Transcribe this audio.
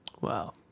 Wow